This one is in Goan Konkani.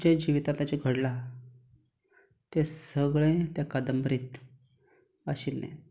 जें जिवितांत ताच्या घडलां तें सगळें ते कादंबरींत आशिल्लें